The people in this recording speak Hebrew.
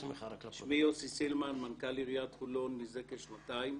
שמי יוסי סילמן, מנכ"ל עיריית חולון מזה כשנתיים.